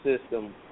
system